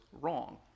wrong